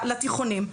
לתיכונים.